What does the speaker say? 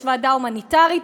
יש ועדה הומניטרית,